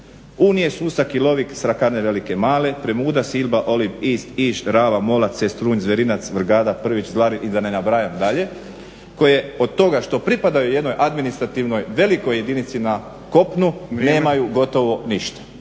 i otocima. …/Govornik se ne razumije./… Premuda, Silba, Olib, Ist, Iž, Rava, Mola, Sestrunj, Zvjerinac, Vrgada, Prvić, Zlarin i da ne nabrajam dalje koje od toga što pripadaju jednoj administrativnoj velikoj jedinici na kopnu nemaju gotovo ništa.